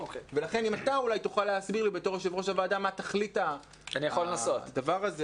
לכן אם אתה תוכל להסביר לי בתור יושב-ראש הוועדה מה תכלית הדבר הזה,